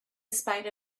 spite